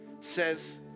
says